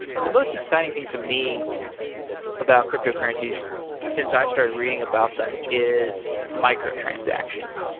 and the most exciting thing to me about cryptocurrencies since i started reading about them is micro-transactions,